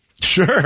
Sure